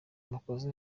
amakosa